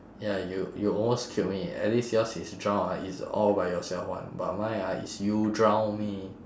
ya you you almost killed me at least yours is drown ah is all by yourself [one] but mine ah is you drown me